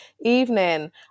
evening